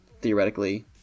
theoretically